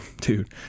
dude